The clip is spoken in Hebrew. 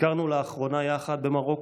ביקרנו לאחרונה יחד במרוקו,